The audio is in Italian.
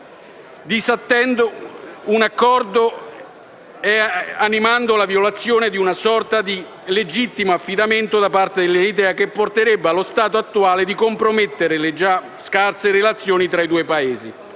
osservando un accordo e animando la violazione di una sorta di legittimo affidamento da parte dell'Eritrea che porterebbe, allo stato attuale, a compromettere le già scarse relazioni tra i due Paesi.